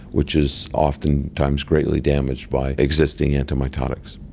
which is oftentimes greatly damaged by existing antimitotics.